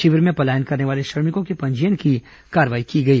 शिविर में पलायन करने वाले श्रमिकों के पंजीयन की कार्रवाई की गई